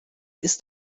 ist